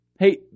Hey